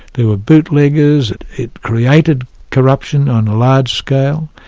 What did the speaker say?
there were bootleggers, it it created corruption on a large scale,